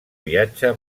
viatja